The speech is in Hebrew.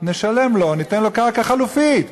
נשלם לו, ניתן לו קרקע חלופית.